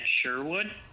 sherwood